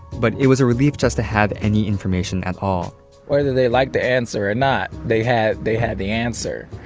but it was a relief just to have any information at all whether they like the answer or not, they had they had the answer.